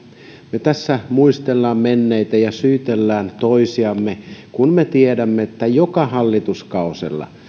tässä muistellaan menneitä ja syytellään toisiamme kun me tiedämme että joka hallituskaudella